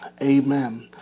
amen